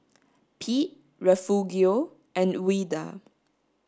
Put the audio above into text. Pete Refugio and Ouida